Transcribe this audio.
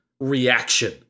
reaction